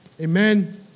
amen